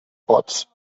pots